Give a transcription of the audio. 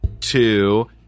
Two